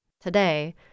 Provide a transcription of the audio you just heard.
Today